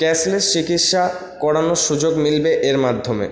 cashless চিকিৎসা করানোর সুযোগ মিলবে এর মাধ্যমে